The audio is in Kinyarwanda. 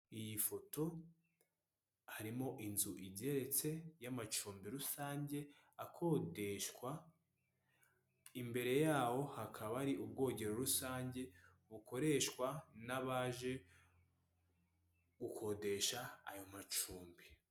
Iyi foto harimo inzu igeretse y'amacumbi rusange akodeshwa imbere yawo hakaba ari ubwogero rusange bukoreshwa n'abaje gukodesha aya macumbi.